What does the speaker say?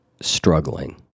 struggling